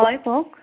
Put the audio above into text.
হয় কওক